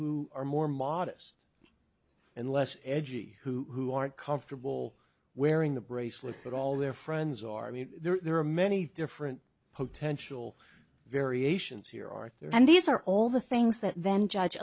who are more modest and less edgy who aren't comfortable wearing the bracelet that all their friends are i mean there are many different potential variations here or there and these are all the things that then judge